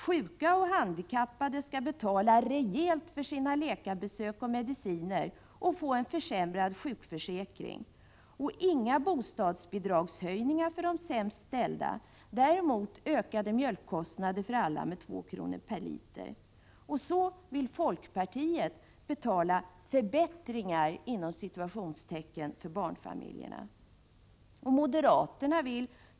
Sjuka och handikappade skall betala rejält för sina läkarbesök och mediciner och få en försämrad sjukförsäkring. Inga bostadsbidragshöjningar för de sämst ställda, däremot ökade mjölkkostnader för alla med 2 kr. per liter. Så vill folkpartiet betala ”förbättringar” för barnfamiljerna.